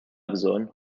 bżonn